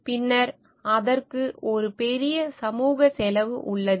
பின்னர் அதற்கு ஒரு பெரிய சமூக செலவு உள்ளது